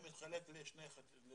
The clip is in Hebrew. אנחנו התחלנו עם בני המנשה,